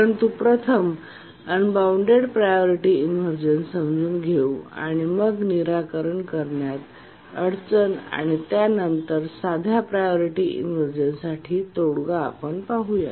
परंतु प्रथम unbounded priority inversion समजून घेऊ आणि मग निराकरण करण्यात अडचण आणि नंतर या साध्या प्रायोरिटी इनव्हर्जनसाठी तोडगा आपण पाहू